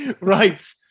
right